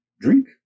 drink